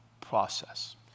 process